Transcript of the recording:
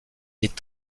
est